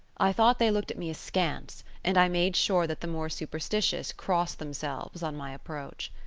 i thought they looked at me askance, and i made sure that the more superstitious crossed themselves on my approach.